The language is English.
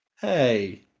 hey